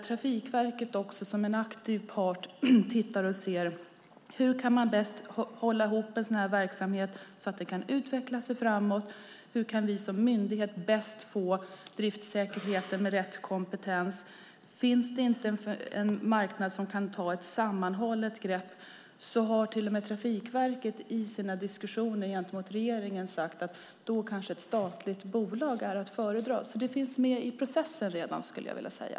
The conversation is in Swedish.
Trafikverket tittar som aktiv part på frågorna: Hur kan man bäst hålla ihop en verksamhet så att den kan utveckla sig framåt? Hur kan vi som myndighet bäst få driftsäkerhet med rätt kompetens? Finns det inte en marknad som kan ta ett sammanhållet grepp har till och med Trafikverket i sina diskussioner gentemot regeringen sagt att ett statligt bolag kanske är att föredra, så det finns redan med i processen, skulle jag vilja säga.